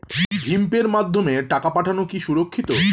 ভিম পের মাধ্যমে টাকা পাঠানো কি সুরক্ষিত?